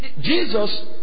Jesus